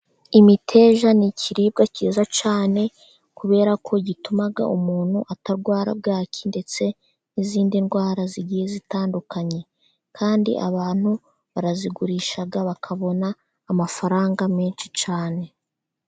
Imiteja ni ikiribwa cyiza cyane, kubera ko gituma umuntu atarwara bwaki ndetse n'izindi ndwara zigiye zitandukanye, kandi abantu barayigurisha bakabona amafaranga menshi cyane.